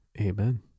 Amen